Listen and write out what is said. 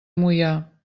moià